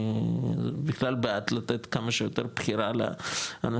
אני בכלל בעד לתת כמה שיותר בחירה לאנשים,